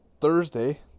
Thursday